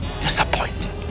disappointed